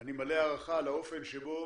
אני מלא הערכה לאופן שבו